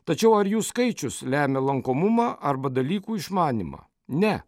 tačiau ar jų skaičius lemia lankomumą arba dalykų išmanymą ne